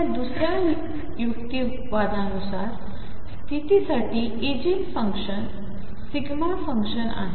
आपल्यादुसऱ्यायुक्तिवादानुसारस्थितीसाठीईगीनफंक्शन δ फंक्शनआहे